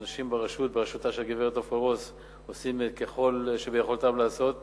האנשים בראשותה של הגברת עפרה רוס עושים כל שביכולתם לעשות לזרז.